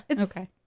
okay